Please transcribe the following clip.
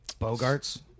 Bogarts